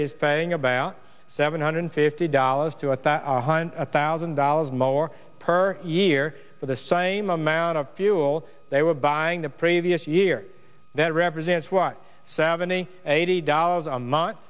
is paying about seven hundred fifty dollars to at that one thousand dollars more per year for the same amount of fuel they were buying the previous year that represents what seventy eighty dollars a month